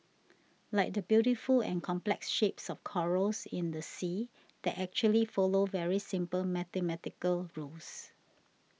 like the beautiful and complex shapes of corals in the sea that actually follow very simple mathematical rules